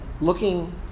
looking